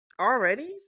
Already